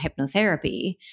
hypnotherapy